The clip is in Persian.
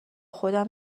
خودم